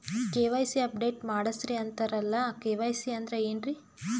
KYC update ಮಾಡಸ್ರೀ ಅಂತರಲ್ಲ KYC ಅಂದ್ರ ಏನ್ರೀ?